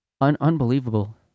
unbelievable